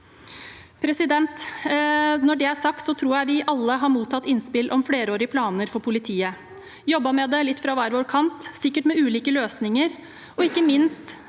år senere? Når det er sagt, tror jeg vi alle har mottatt innspill om flerårige planer for politiet og jobbet med det litt fra hver vår kant, sikkert med ulike løsninger og ikke minst